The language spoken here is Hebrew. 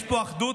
יש פה אחדות,